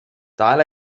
تعال